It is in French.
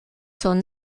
son